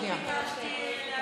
תודה רבה לשר המשפטים.